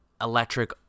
electric